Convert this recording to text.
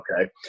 Okay